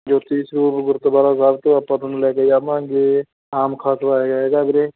ਜੋਤੀ ਸਰੂਪ ਗੁਰਦੁਆਰਾ ਸਾਹਿਬ ਤੋਂ ਆਪਾਂ ਤੁਹਾਨੂੰ ਲੈ ਕੇ ਜਾਵਾਂਗੇ ਆਮ ਖਾਸ ਬਾਗ ਹੈਗਾ ਵੀਰੇ